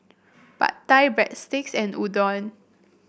Pad Thai Breadsticks and Udon